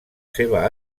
seva